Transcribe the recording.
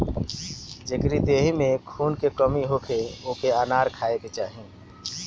जेकरी देहि में खून के कमी होखे ओके अनार खाए के चाही